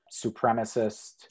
supremacist